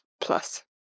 Plus